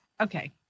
Okay